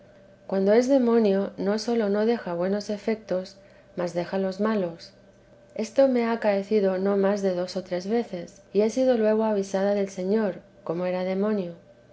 cuando es demonio no sólo no deja buenos efetos mas déjalos malos esto me ha acaecido no más de dos o tres veces y he sido luego avisada del señor como era demonio